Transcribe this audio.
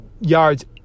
yards